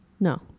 No